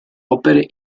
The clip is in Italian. opere